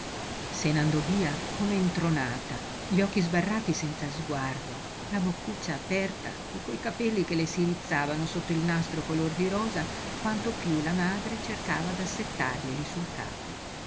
se n'andò via come intronata gli occhi sbarrati senza sguardo la boccuccia aperta e coi capelli che le si rizzavano sotto il nastro color di rosa quanto piú la madre cercava d'assettarglieli sul capo